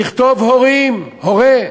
לכתוב הורים, הורה,